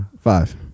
Five